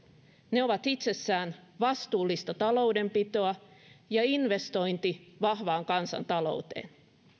ne ovat itsessään vastuullista taloudenpitoa ja investointi vahvaan kansantalouteen